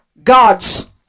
God's